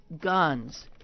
guns